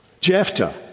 Jephthah